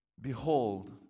Behold